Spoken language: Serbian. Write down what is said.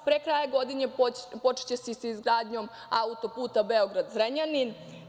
Pre kraja godine počeće se sa izgradnjom autoputa Beograd-Zrenjanin.